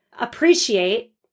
appreciate